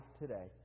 today